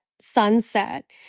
sunset